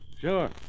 Sure